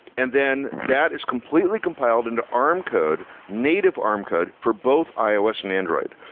and then that is completely compiled into arm code, native arm code for both ios and android.